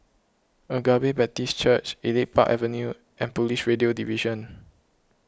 Agape Baptist Church Elite Park Avenue and Police Radio Division